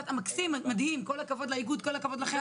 מקסים, מדהים, כל הכבוד לאיגוד, כל הכבוד לכם.